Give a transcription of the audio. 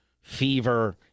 fever